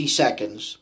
seconds